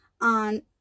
on